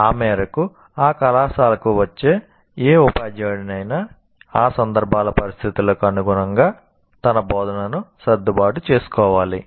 ఆ మేరకు ఆ కళాశాలకు వచ్చే ఏ ఉపాధ్యాయుడైనా ఆ సందర్భ పరిస్థితులకు అనుగుణంగా తన బోధనను సర్దుబాటు చేసుకోవాలి